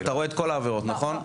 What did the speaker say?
נכון?